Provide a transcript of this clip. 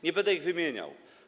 Nie będę ich wymieniał.